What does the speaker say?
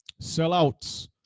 sellouts